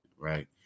right